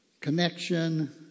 connection